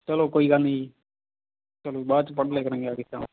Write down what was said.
ਚਲੋ ਕੋਈ ਗੱਲ ਨਹੀਂ ਜੀ ਚਲੋ ਬਾਅਦ 'ਚ ਪੜ੍ਹ ਲਿਆ ਕਰਾਂਗੇ ਆ ਕੇ ਸ਼ਾਮ